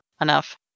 enough